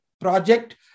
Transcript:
project